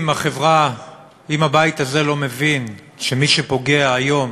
אם הבית הזה לא מבין שמי שפוגע היום